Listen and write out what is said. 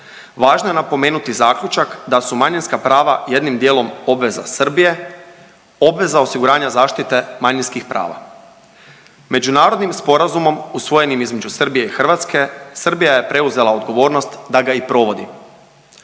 važno je napomenuti zaključak da su manjinska prava jednim dijelom obveza Srbije, obveza osiguranja zaštite manjinskih prava. Međunarodnim sporazumom usvojenim između Srbije i Hrvatske, Srbija je preuzela odgovornost da ga i provodi.